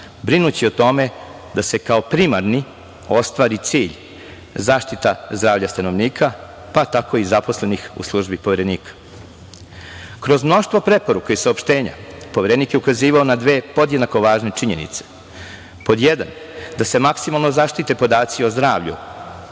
brinući o tome da se kao primarni ostvari cilj zaštita zdravlja stanovnika, pa tako i zaposlenih u službi Poverenika. Kroz mnoštvo preporuka i saopštenja, Poverenik je ukazivao na dve podjednako važne činjenice. Pod jedan, da se maksimalno zaštite podaci o zdravlju,